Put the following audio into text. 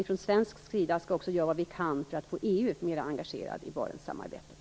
Från svensk sida skall vi också göra vad vi kan för att få EU att bli mera engagerat i Barentssamarbetet.